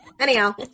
Anyhow